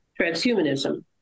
transhumanism